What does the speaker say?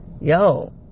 yo